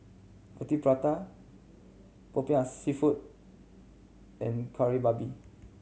Roti Prata Popiah Seafood and Kari Babi